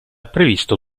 previsto